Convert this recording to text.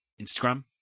instagram